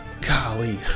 golly